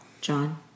John